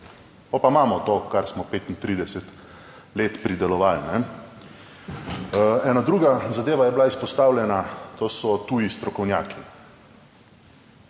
pa potem imamo to, kar smo 35 let pridelovali. Ena druga zadeva je bila izpostavljena, to so tuji strokovnjaki.